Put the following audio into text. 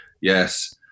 yes